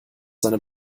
seine